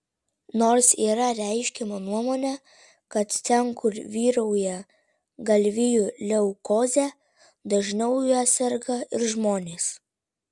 nors yra reiškiama nuomonė kad ten kur vyrauja galvijų leukozė dažniau ja serga ir žmonės